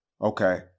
okay